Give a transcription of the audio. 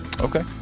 Okay